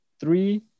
three